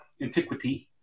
antiquity